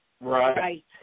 Right